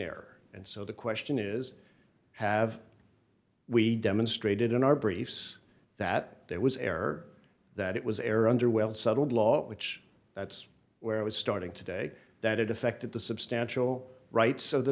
air and so the question is have we demonstrated in our briefs that that was error that it was error under well settled law which that's where i was starting today that it affected the substantial rights of the